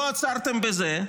לא עצרתם בזה,